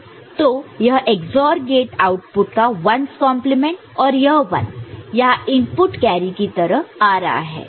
तो यह XOR gate output का 1's कंप्लीमेंट और यह 1 यहां इनपुट कैरी की तरह आ रहा है